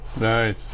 Nice